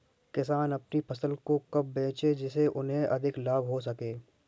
किसान अपनी फसल को कब बेचे जिसे उन्हें अधिक लाभ हो सके?